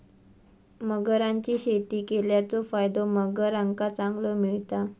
मगरांची शेती केल्याचो फायदो मगरांका चांगलो मिळता